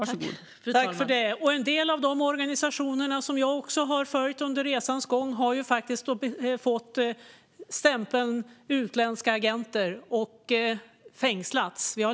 Fru talman! En del företrädare för de organisationer som jag har följt under resans gång har stämplats som utländska agenter och fängslats.